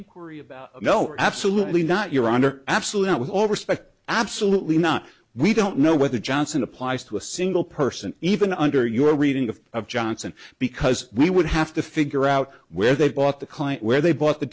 inquiry about no absolutely not your honor absolute with all respect absolutely not we don't know whether johnson applies to a single person even under your reading of of johnson because we would have to figure out where they bought the client where they bought the